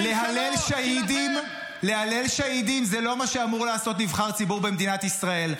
להלל שאהידים זה לא מה שאמור לעשות נבחר ציבור במדינת ישראל.